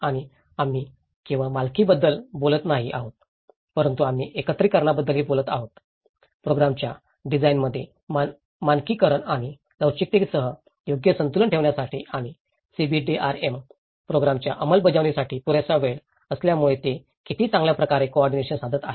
तर आम्ही केवळ मालकीबद्दल बोलत नाही आहोत परंतु आम्ही एकत्रीकरणाबद्दलही बोलत आहोत प्रोग्रामच्या डिझाइनमध्ये मानकीकरण आणि लवचिकतेसह योग्य संतुलन ठेवण्यासाठी आणि सीबीडीआरएम प्रोग्रामच्या अंमलबजावणीसाठी पुरेसा वेळ असल्यामुळे ते किती चांगल्या प्रकारे कोऑर्डिनेशन साधत आहेत